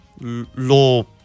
law